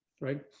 right